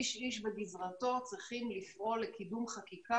איש איש בגזרתו צריכים לפעול לקידום חקיקה